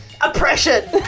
oppression